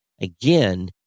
again